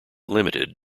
limited